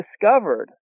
discovered